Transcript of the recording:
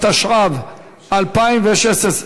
התשע"ו 2016,